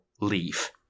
leave